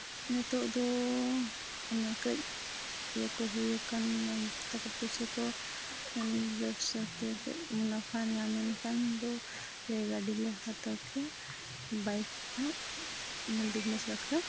ᱱᱤᱛᱳᱜ ᱫᱚ ᱚᱱᱟ ᱠᱟᱹᱡ ᱤᱭᱟᱹ ᱠᱚ ᱦᱩᱭ ᱟᱠᱟᱱᱟ ᱴᱟᱠᱟ ᱯᱚᱭᱥᱟᱹ ᱠᱚ ᱵᱮᱵᱽᱥᱟᱛᱮ ᱠᱟᱹᱡ ᱢᱩᱱᱟᱹᱯᱷᱟ ᱧᱟᱢᱮᱱ ᱠᱷᱟᱱ ᱫᱚ ᱟᱞᱮ ᱜᱟᱹᱰᱤᱞᱮ ᱦᱟᱛᱟᱣ ᱠᱮᱫᱟ ᱵᱟᱹᱭᱤᱠ ᱵᱤᱡᱽᱱᱮᱥ ᱵᱟᱠᱷᱨᱟ